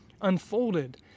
unfolded